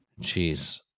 Jeez